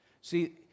See